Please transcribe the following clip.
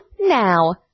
now